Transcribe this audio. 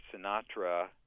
Sinatra